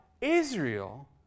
Israel